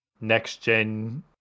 next-gen